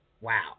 Wow